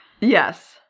yes